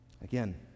Again